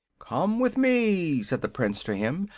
come with me, said the prince to him.